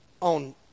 on